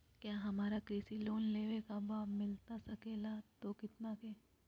क्या हमारा कृषि लोन लेवे का बा मिलता सके ला तो कितना के?